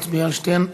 נצביע על שתיהן,